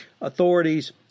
authorities